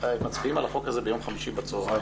מצביעים על החוק הזה ביום חמישי בצהריים,